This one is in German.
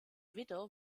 widder